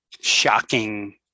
shocking